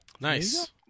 Nice